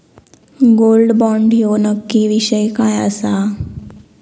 Gold bond ह्यो नक्की विषय काय आसा?